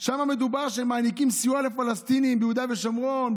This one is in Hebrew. שם מדובר שהם מעניקים סיוע לפלסטינים ביהודה ושומרון,